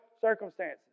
circumstances